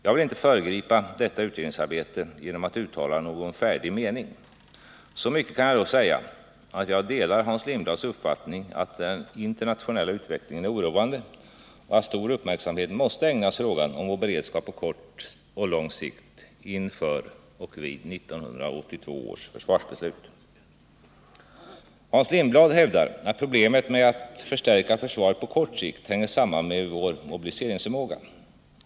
Jag vill inte föregripa detta utredningsarbete genom att uttala någon färdig mening. Så mycket kan jag dock säga att jag delar Hans Lindblads uppfattning, att den internationella utvecklingen är oroande och att stor uppmärksamhet måste ägnas frågan om vår beredskap på kort och lång sikt inför och vid 1982 års försvarsbeslut. Hans Lindblad hävdar att problemet med att förstärka försvaret på kort sikt hänger samman med vår mobiliseringsförmåga.